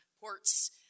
ports